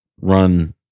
run